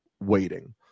waiting